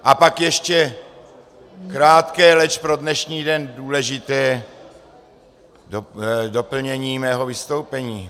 A pak ještě krátké, leč pro dnešní den důležité doplnění mého vystoupení.